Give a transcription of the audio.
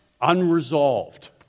unresolved